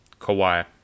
Kawhi